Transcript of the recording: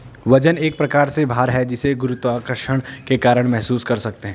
वजन एक प्रकार से भार है जिसे गुरुत्वाकर्षण के कारण महसूस कर सकते है